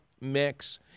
mix